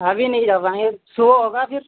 ابھی نہیں جا پائیں گے صُبح ہو گا پھر